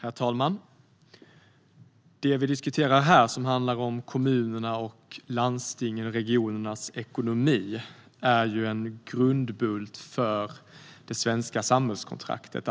Herr talman! Det vi diskuterar nu, som handlar om kommunernas, landstingens och regionernas ekonomi, är en grundbult för det svenska samhällskontraktet.